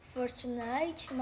Fortnite